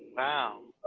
wow.